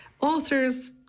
authors